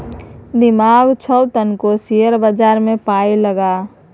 दिमाग छौ तखने शेयर बजारमे पाय लगा